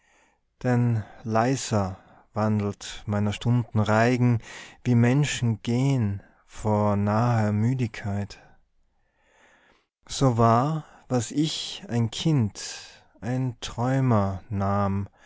denn leiser wandelt meiner stunden reigen wie menschen gehn vor naher müdigkeit so war was ich ein kind ein träumer nahm